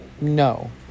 no